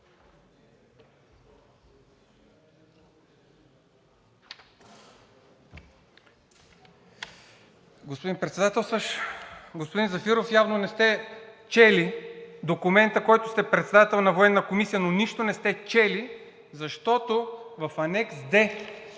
Господин Председателстващ! Господин Зафиров, явно не сте чели документа като председател на Военната комисия, но нищо не сте чели, защото в Анекс